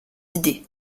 idées